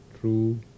true